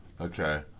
Okay